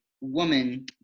woman